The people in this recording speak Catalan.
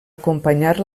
acompanyar